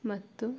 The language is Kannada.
ಮತ್ತು